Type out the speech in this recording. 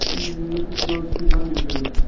اۭں نہ فِلحال چھِ بنٛدٕے ٹرٕف